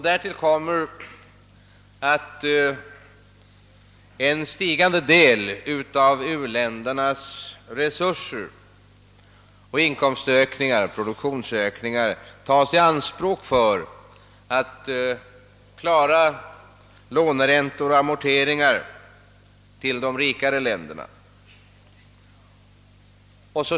Därtill kommer att en stigande del av u-ländernas resurser, inkomstökningar och produktionsökningar, tas i anspråk för att klara låneräntor och amorteringar till de rikare länderna.